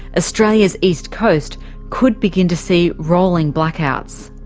australia's east coast could begin to see rolling blackouts.